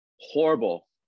Horrible